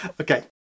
Okay